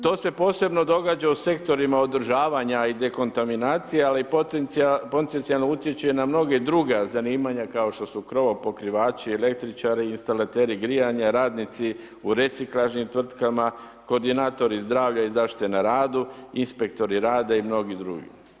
To se posebno događa u sektorima održavanja i dekontaminacije, ali potencijalno utječe na mnoga druga zanimanja kao što su krovopokrivači, električari, instalateri grijanja, radnici u reciklažnim tvrtkama, koordinatori zdravlja i zaštite na radu, inspektori rada i mnogi drugi.